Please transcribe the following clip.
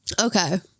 Okay